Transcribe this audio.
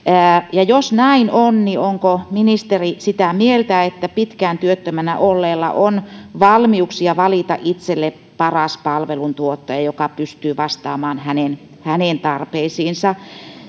ja jos näin on niin onko ministeri sitä mieltä että pitkään työttömänä olleella on valmiuksia valita itselle paras palveluntuottaja joka pystyy vastaamaan hänen hänen tarpeisiinsa